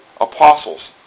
apostles